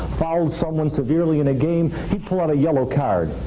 fouled someone severely in a game, he'd pull out a yellow card.